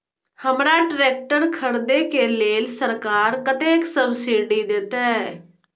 हमरा ट्रैक्टर खरदे के लेल सरकार कतेक सब्सीडी देते?